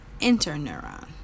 interneuron